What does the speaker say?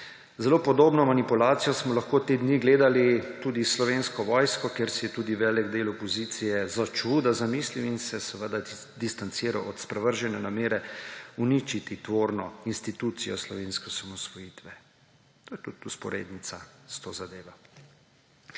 Zelo podobno manipulacijo smo lahko te dni gledali tudi s Slovensko vojsko, kjer se je tudi velik del opozicije začuda zamislil in se seveda distanciral od sprevržene namere uničiti tvorno institucijo slovenske osamosvojitve. To je tudi vzporednica s to zadevo.